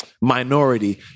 minority